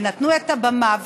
ונתנו את הבמה,